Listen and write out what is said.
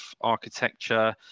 architecture